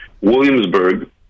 Williamsburg